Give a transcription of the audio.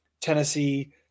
Tennessee